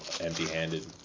empty-handed